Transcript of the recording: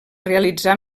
realitzar